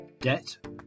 Debt